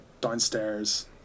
downstairs